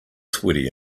sweaty